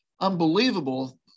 unbelievable